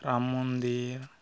ᱨᱟᱢ ᱢᱚᱱᱫᱤᱨ